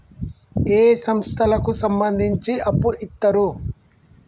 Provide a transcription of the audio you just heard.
ఏ సంస్థలకు సంబంధించి అప్పు ఇత్తరు?